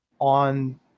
On